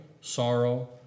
sorrow